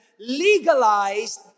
legalized